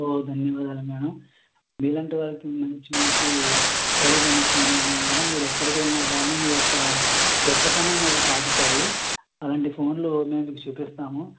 ఓ ధన్యవాదాలు మేడం మీలాంటి వాళ్ళకి మంచి మంచి ఖరీదైన ఫోన్లు ఉన్నాయి మేడం మీరిక్కడికి వెళ్ళినా కానీ మీ యొక్క గొప్పతనాన్ని అవి చాటుతాయి అలాంటి ఫోన్లు మేము మీకు చూపిస్తాము